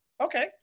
Okay